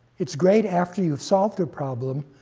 its great after you've solved a problem.